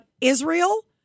Israel